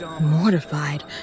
mortified